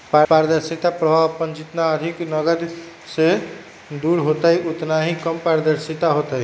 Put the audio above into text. पारदर्शिता प्रभाव अपन जितना अधिक नकद से दूर होतय उतना ही कम पारदर्शी होतय